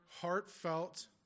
heartfelt